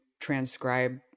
transcribe